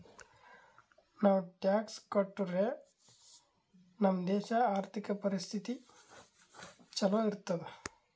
ನಾವು ಟ್ಯಾಕ್ಸ್ ಕಟ್ಟುರೆ ನಮ್ ದೇಶ ಆರ್ಥಿಕ ಪರಿಸ್ಥಿತಿ ಛಲೋ ಇರ್ತುದ್